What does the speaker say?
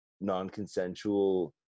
non-consensual